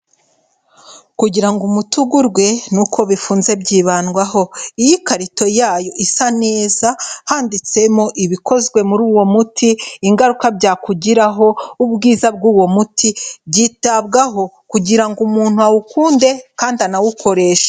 Kugira umutu ugurwe n'uko bifunze byibandwaho, iyo ikarito yayo isa neza, handitsemo ibikozwe muri uwo muti, ingaruka byakugiraho, ubwiza bw'uwo muti, byitabwaho kugira ngo umuntu awukunde kandi anawukoreshe.